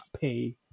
pay